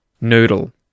noodle